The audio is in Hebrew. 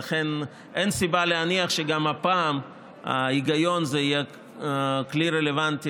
לכן אין סיבה להניח שגם הפעם ההיגיון יהיה כלי רלוונטי